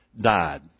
died